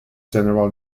general